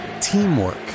teamwork